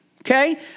Okay